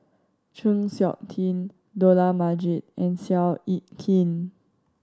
Chng Seok Tin Dollah Majid and Seow Yit Kin